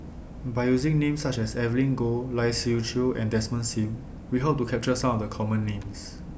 By using Names such as Evelyn Goh Lai Siu Chiu and Desmond SIM We Hope to capture Some of The Common Names